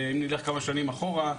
נלך כמה שנים אחורה,